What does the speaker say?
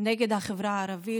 נגד החברה הערבית,